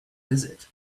visit